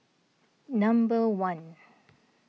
number one